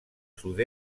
sud